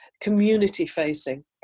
community-facing